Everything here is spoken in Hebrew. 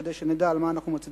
כדי שנדע על מה אנחנו מצביעים,